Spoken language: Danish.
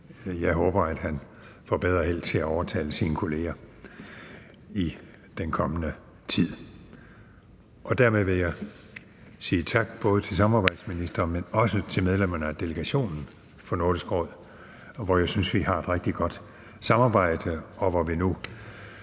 Jeg håber, at han får bedre held til at overtale sine kolleger i den kommende tid. Dermed vil jeg ikke alene sige tak til samarbejdsministeren, men også til medlemmerne af delegationen for Nordisk Råd, hvor jeg synes vi har et rigtig godt samarbejde, og hvor vi nu